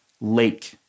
lake